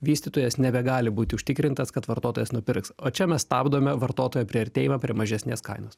vystytojas nebegali būti užtikrintas kad vartotojas nupirks o čia mes stabdome vartotojo priartėjimą prie mažesnės kainos